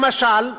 למשל,